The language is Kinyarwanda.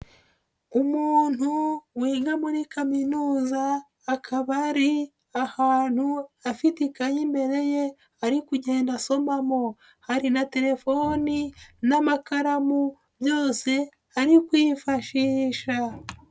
Umuntu wiga muri kaminuza, akaba ari ahantu afite ikayi imbere ye, ari kugenda asomamo. Hari na telefoni n'amakaramu, byose ari kwifashisha.